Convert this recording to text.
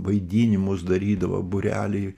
vaidinimus darydavo būrelį